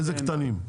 מאיזה קטנים?